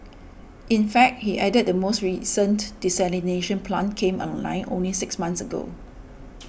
in fact he added the most recent desalination plant came online only six months ago